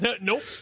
Nope